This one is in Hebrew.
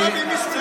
הוא ישב עם מישהו,